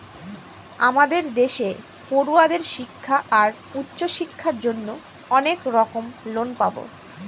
আমাদের দেশে পড়ুয়াদের শিক্ষা আর উচ্চশিক্ষার জন্য অনেক রকম লোন পাবো